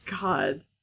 God